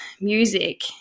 music